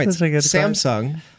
Samsung